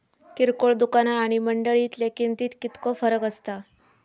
किरकोळ दुकाना आणि मंडळीतल्या किमतीत कितको फरक असता?